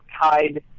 tied